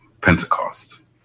Pentecost